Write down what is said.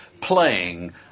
playing